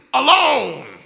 alone